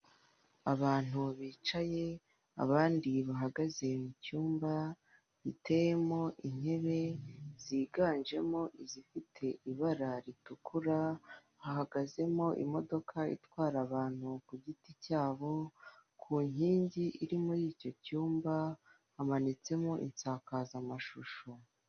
Abantu bicaye abandi bahagaze mu cyumba giteyemo intebe ziganjemo izifite ibara ritukura hahagazemo imodoka itwara abantu ku giti cyabo ku nkingi iri muri icyo cyumba hamanitsemo insakazamashusho.